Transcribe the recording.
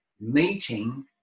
meeting